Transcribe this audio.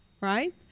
right